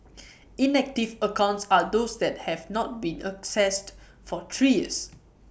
inactive accounts are those that have not been accessed for three years